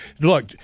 Look